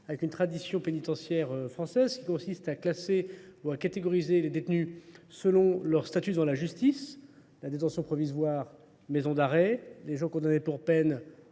avec une tradition pénitentiaire française qui consiste à classer ou à catégoriser les détenus selon leur statut dans la justice la détention provisoire, maison d'arrêt, les gens condamnés pour peine,